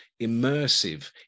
immersive